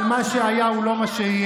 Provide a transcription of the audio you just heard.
אבל מה שהיה הוא לא מה שיהיה.